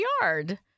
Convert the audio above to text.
yard